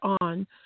on